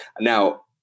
Now